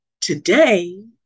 today